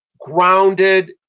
grounded